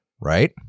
right